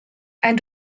ein